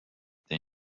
they